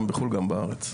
גם בחו"ל גם בארץ.